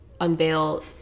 unveil